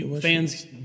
Fans